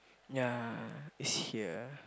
ya is here